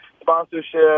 sponsorship